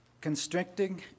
constricting